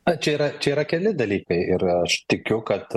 na čia yra čia yra keli dalykai ir aš tikiu kad